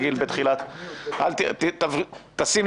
אתה שומע